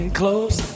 close